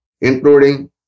including